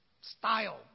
style